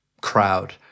crowd